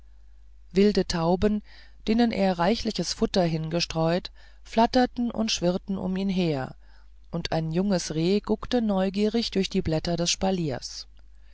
wilde tauben denen er reichliches futter hingestreut flatterten und schwirrten um ihn her und ein junges reh guckte neugierig durch die blätter des spaliers